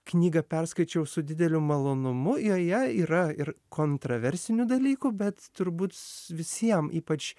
knygą perskaičiau su dideliu malonumu joje yra ir kontraversinių dalykų bet turbūts visiem ypač